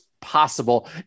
possible